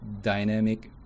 dynamic